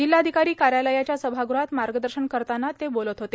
जिल्हाधिकारी कार्यालयाच्या सभागृहात मार्गदर्शन करताना ते बोलत होते